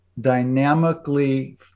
dynamically